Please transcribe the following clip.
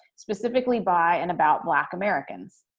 specifically by and about black americans?